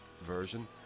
version